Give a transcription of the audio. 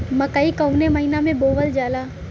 मकई कवने महीना में बोवल जाला?